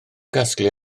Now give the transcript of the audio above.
gasglu